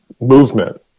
movement